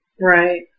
Right